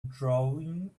drawing